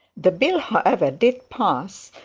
the bill, however, did pass,